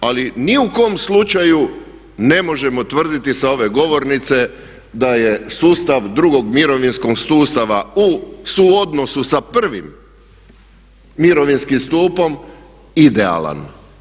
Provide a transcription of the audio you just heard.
Ali ni u kom slučaju ne možemo tvrditi sa ove govornice da je sustav drugog mirovinskog sustava u suodnosu sa prvim mirovinskim stupom idealan.